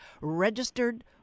registered